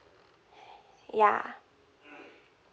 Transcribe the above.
yeah